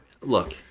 Look